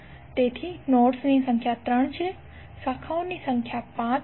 તેથી નોડ્સ ની સંખ્યા 3 છે શાખાઓની સંખ્યા 5 છે